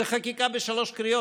זו חקיקה בשלוש קריאות,